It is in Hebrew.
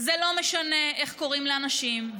זה לא משנה איך קוראים לאנשים,